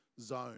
zone